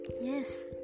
yes